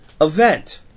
event